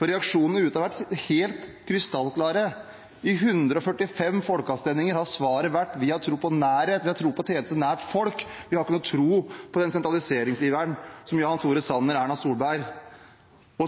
for reaksjonene ute har vært helt krystallklare. I 145 folkeavstemninger har svaret vært at vi har tro på nærhet, vi har tro på tjenester nær folk, vi har ikke noe tro på den sentraliseringsiveren som Jan Tore Sanner, Erna Solberg,